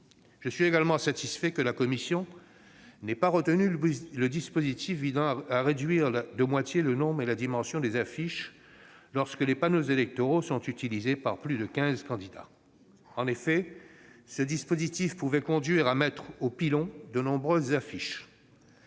Je suis également satisfait que la commission n'ait pas retenu les mesures visant à réduire de moitié le nombre et la dimension des affiches lorsque les panneaux électoraux sont utilisés par plus de quinze candidats. En effet, cela pouvait conduire à mettre au pilon de nombreuses affiches.